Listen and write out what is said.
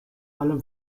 allem